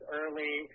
early